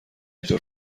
اینطور